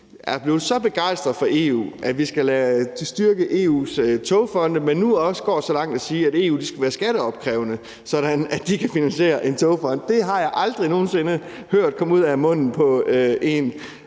er blevet så begejstret for EU, og at vi skal styrke EU's togfonde, at man nu også går så langt som til at sige, at EU skal være skatteopkrævende, sådan at de kan finansiere en togfond. Det har jeg aldrig nogen sinde hørt komme ud af munden på en